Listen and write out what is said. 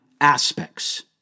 aspects